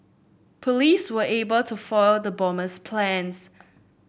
police were able to foil the bomber's plans